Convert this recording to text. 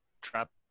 trap